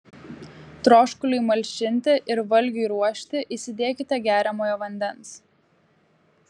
troškuliui malšinti ir valgiui ruošti įsidėkite geriamojo vandens